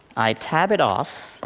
i tab it off,